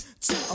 two